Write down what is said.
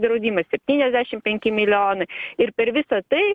draudimas septyniasdešim penki milijonai ir per visa tai